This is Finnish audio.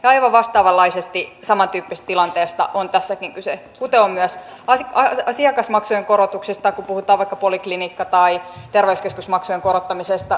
ja aivan vastaavanlaisesti samantyyppisestä tilanteesta on tässäkin kyse kuten on myös asiakasmaksujen korotuksissa kun puhutaan vaikka poliklinikka tai terveyskeskusmaksujen korottamisesta